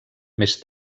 més